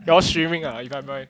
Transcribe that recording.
you all streaming ah if I'm right